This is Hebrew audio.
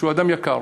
שהוא אדם יקר,